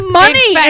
money